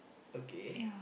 okay